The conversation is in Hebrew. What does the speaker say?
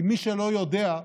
כי מי שלא יודע,